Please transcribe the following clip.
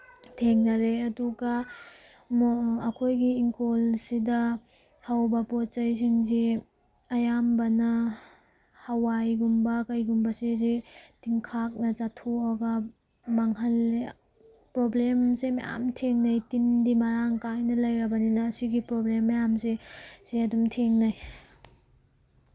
ꯊꯦꯡꯅꯔꯦ ꯑꯗꯨꯒ ꯑꯩꯈꯣꯏꯒꯤ ꯏꯪꯈꯣꯜꯁꯤꯗ ꯍꯧꯕ ꯄꯣꯠ ꯆꯩꯁꯤꯡꯁꯤ ꯑꯌꯥꯝꯕꯅ ꯍꯋꯥꯏꯒꯨꯝꯕ ꯀꯩꯒꯨꯝꯕꯁꯤꯁꯤ ꯇꯤꯟꯈꯥꯛꯅ ꯆꯥꯊꯣꯛꯑꯒ ꯃꯥꯡꯍꯜꯂꯤ ꯄ꯭ꯔꯣꯕ꯭ꯂꯦꯝꯁꯦ ꯃꯌꯥꯝ ꯊꯦꯡꯅꯩ ꯇꯤꯟꯗꯤ ꯃꯔꯥꯡ ꯀꯥꯏꯅ ꯂꯩꯔꯕꯅꯤꯅ ꯁꯤꯒꯤ ꯄ꯭ꯔꯣꯕ꯭ꯂꯦꯝ ꯃꯌꯥꯝꯁꯦ ꯁꯤ ꯑꯗꯨꯝ ꯊꯦꯡꯅꯩ